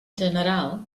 general